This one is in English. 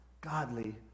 godly